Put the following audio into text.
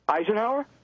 Eisenhower